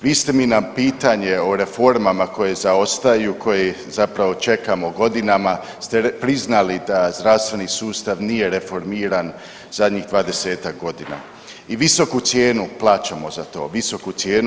Vi ste mi na pitanje o reformama koje zaostaju, koje zapravo čekamo godinama ste priznali da zdravstveni sustav nije reformiran zadnjih 20-ak godina i visoku cijenu plaćamo za to, visoku cijenu.